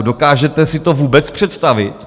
Dokážete si to vůbec představit?